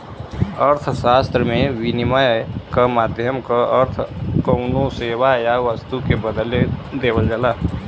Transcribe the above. अर्थशास्त्र में, विनिमय क माध्यम क अर्थ कउनो सेवा या वस्तु के बदले देवल जाला